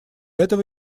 этого